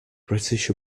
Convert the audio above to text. british